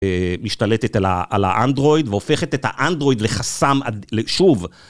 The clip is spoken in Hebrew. משתלטת על האנדרואיד, והופכת את האנדרואיד לחסם, שוב...